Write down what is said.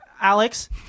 Alex